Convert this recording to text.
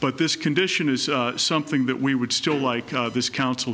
but this condition is something that we would still like this council